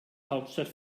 hauptstadt